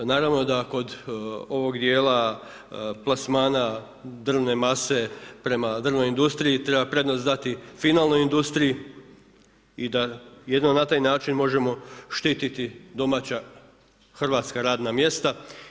Naravno da kod ovog dijela plasmana drvne mase prema drvnoj industriji treba prednost dati finalnoj industriji i da jedino na taj način možemo štititi domaća hrvatska radna mjesta.